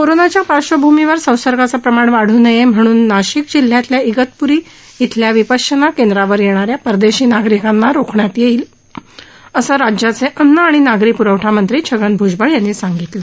कोरोनाच्या पार्श्वभूमीवर संसर्गाचं प्रमाण वाढ़ नये म्हणून नाशिक जिल्हयातल्या इगतपूरी इथल्या विपश्यना केंद्रावर येणाऱ्या परदेशी नागरिकांना रोखण्यात येईल असं राज्याचे अन्न आणि नागरी प्रवठा मंत्री छगन भ्जबळ यांनी सांगितलं